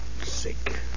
sick